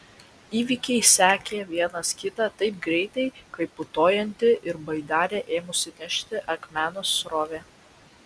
įvykiai sekė vienas kitą taip greitai kaip putojanti ir baidarę ėmusi nešti akmenos srovė